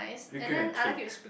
whip cream and cake